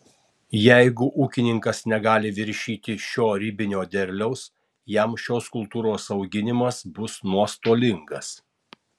jeigu ūkininkas negali viršyti šio ribinio derliaus jam šios kultūros auginimas bus nuostolingas